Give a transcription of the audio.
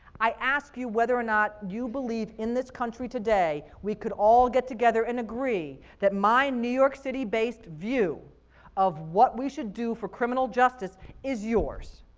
i ask you whether or not you believe in this country today we could all get together and agree that my new york city-based view of what we should do for criminal justice is yours?